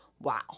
wow